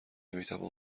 میتوان